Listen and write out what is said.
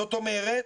זאת אומרת,